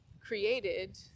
created